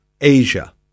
Asia